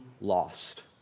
lost